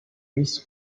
louis